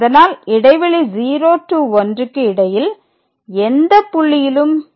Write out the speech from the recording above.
அதனால் இடைவெளி 0 to 1 க்கு இடையில் எந்தப் புள்ளியிலும் f'≠ 0